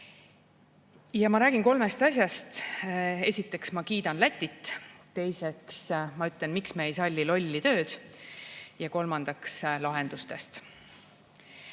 Ma räägin kolmest asjast: esiteks ma kiidan Lätit, teiseks ma ütlen, miks me ei salli lolli tööd, ja kolmandaks lahendustest. Erinevalt